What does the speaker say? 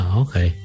okay